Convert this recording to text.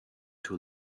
too